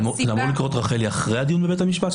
זה אמור לקרות אחרי הדיון בבית המשפט,